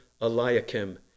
Eliakim